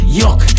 yuck